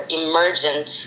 emergent